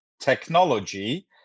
technology